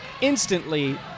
instantly